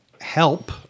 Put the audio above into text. help